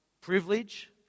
privilege